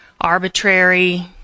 arbitrary